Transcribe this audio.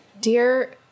Dear